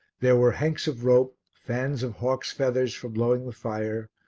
there were hanks of rope, fans of hawks' feathers for blowing the fire,